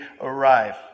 arrive